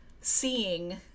seeing